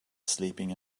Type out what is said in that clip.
sleeping